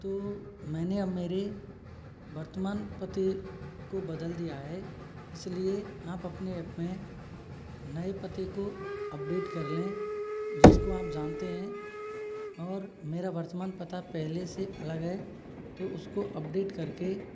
तो मैंने मेरे वर्तमान पते को बदल दिया है इसलिए आप अपने ऐप में नए पते को अपडेट कर लें जिसको आप जानते हैं और मेरा वर्तमान पता पहले से अलग है तो उसको अपडेट करके